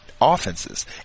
offenses